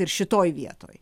ir šitoj vietoj